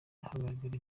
hagaragara